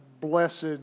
blessed